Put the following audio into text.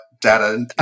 data